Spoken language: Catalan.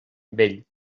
vell